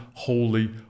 Holy